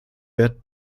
wert